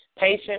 patient